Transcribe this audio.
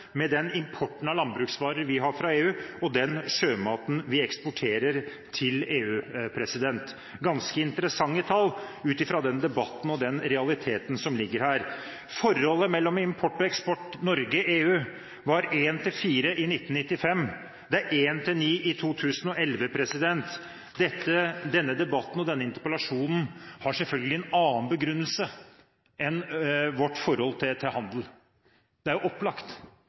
med den importen av landbruksvarer vi har fra EU, og den sjømaten vi eksporterer til EU. Det er ganske interessante tall ut fra den debatten og den realiteten som ligger her. Forholdet mellom import og eksport Norge/EU var én til fire i 1995. Det var én til ni i 2011. Denne debatten og denne interpellasjonen har selvfølgelig en annen begrunnelse enn vårt forhold til handel. Det er jo opplagt.